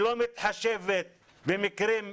שלא מתחשבת במקרים אנושיים-הומניים,